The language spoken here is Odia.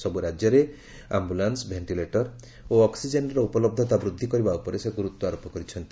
ସବୁ ରାଜ୍ୟରେ ଆୟୁଲାନ୍ସ ଭେଷ୍ଟିଲେଟର ଓ ଅକ୍କିଜେନ୍ର ଉପଲହ୍ବତା ବୃଦ୍ଧି କରିବା ଉପରେ ସେ ଗୁରୁତ୍ୱାରୋପ କରିଛନ୍ତି